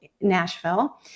Nashville